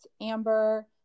amber